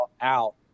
out